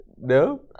No